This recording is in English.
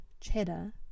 cheddar